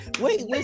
Wait